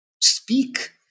speak